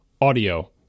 audio